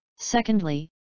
Secondly